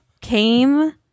came